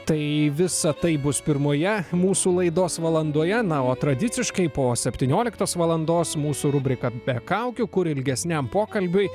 tai visa tai bus pirmoje mūsų laidos valandoje na o tradiciškai po septynioliktos valandos mūsų rubrika be kaukių kur ilgesniam pokalbiui